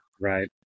Right